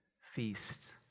feast